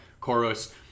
Koros